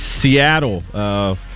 Seattle